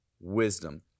wisdom